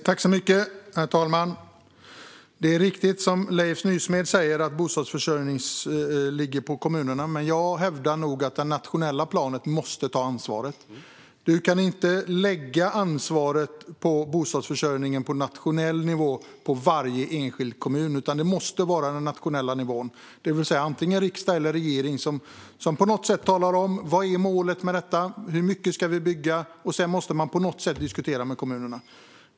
Herr talman! Det är riktigt som Leif Nysmed säger, det vill säga att bostadsförsörjningen ligger på kommunerna, men jag hävdar nog att ansvaret måste tas på det nationella planet. Du kan inte lägga ansvaret för bostadsförsörjningen på nationell nivå på varje enskild kommun, utan det måste vara den nationella nivån - det vill säga antingen riksdag eller regering - som på något sätt talar om vad målet är och hur mycket vi ska bygga. Sedan måste man på något sätt diskutera med kommunerna.